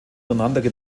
hintereinander